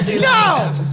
No